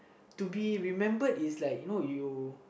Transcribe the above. to be remembered is like you know you